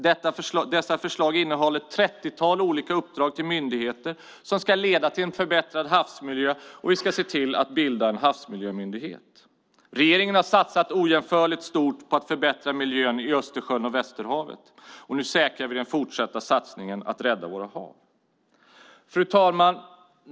Den innehåller ett trettiotal olika uppdrag till myndigheter som ska leda till en förbättrad havsmiljö, och vi ska se till att bilda en havsmiljömyndighet. Regeringen har satsat ojämförligt stort på att förbättra miljön i Östersjön och Västerhavet. Nu säkrar vi den fortsatta satsningen på att rädda våra hav. Fru ålderspresident!